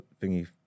thingy